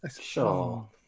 Sure